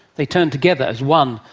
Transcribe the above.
they turn together as one,